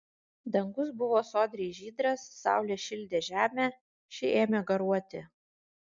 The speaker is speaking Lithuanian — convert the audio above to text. dangus buvo sodriai žydras saulė šildė žemę ši ėmė garuoti